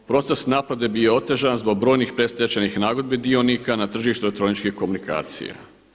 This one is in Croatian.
Proces naplate je bio otežan zbog brojnih predstečajnih nagodbi dionika na tržištu elektroničkih komunikacija.